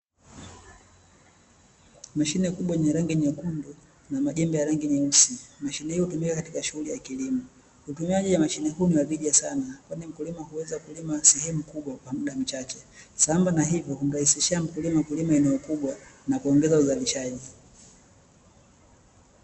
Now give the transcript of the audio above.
Mashine kubwa yenye rangi nyekundu na majembe yenye rangi nyeusi, mashine hiyo hutumika katika shughuli ya kilimo, utumiaji wa mashine hii una tija sana kwani wakulima huweza kulima sehemu kubwa kwa muda mchache, sambamba na hivo humrahisishia mkulima kulima eneo kubwa na kuongeza uzalishaji.